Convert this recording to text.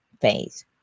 phase